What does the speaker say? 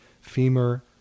femur